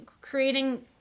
creating